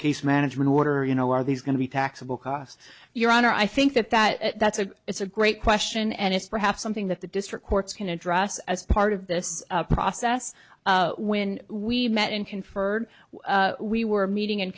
case management order you know are these going to be taxable cost your honor i think that that that's a it's a great question and it's perhaps something that the district courts can address as part of this process when we met in conferred we were meeting and